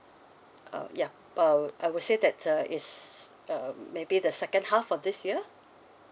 uh ya but I would I would say that uh it's uh maybe the second half of this year